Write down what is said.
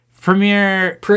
Premiere